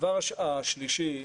הדבר השלישי.